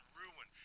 ruin